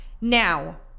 Now